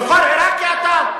נכון עירקי אתה?